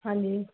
ਹਾਂਜੀ